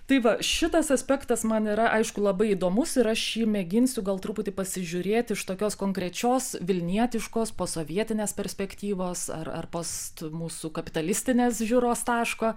tai va šitas aspektas man yra aišku labai įdomus ir aš į jį mėginsiu gal truputį pasižiūrėti iš tokios konkrečios vilnietiškos posovietinės perspektyvos ar ar post mūsų kapitalistinės žiūros taško